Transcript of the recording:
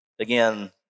again